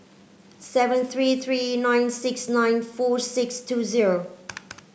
seven three three nine six nine four six two zero